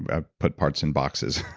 ah put parts in boxes,